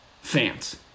fans